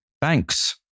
Banks